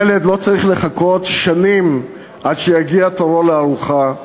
ילד לא צריך לחכות שנים עד שיגיע תורו לארוחה,